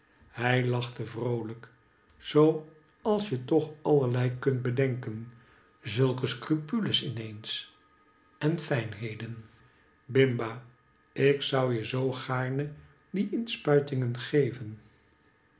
hij lachte vrooljjk zoo als je toch allerlei kunt bedenken zulke scrupules in eens en fijnheden bimba ik zou je zoo gaarne die inspuitingen geven